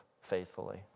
faithfully